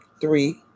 Three